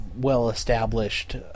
well-established